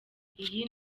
iyi